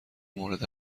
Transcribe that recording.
مورد